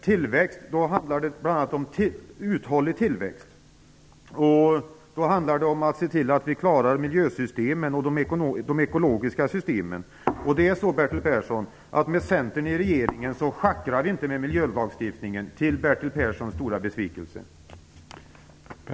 Det handlar här bl.a. om att få en uthållig tillväxt och om att klara miljösystemen och de ekologiska systemen. Det är så, Bertil Persson, att en regering där Centern ingår inte schackrar med miljölagstiftningen. Jag förstår att Bertil Persson är mycket besviken över detta.